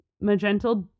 Magenta